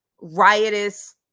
riotous